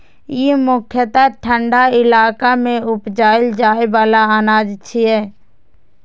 ई मुख्यतः ठंढा इलाका मे उपजाएल जाइ बला अनाज छियै